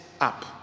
up